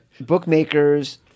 bookmakers